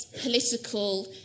political